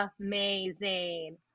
amazing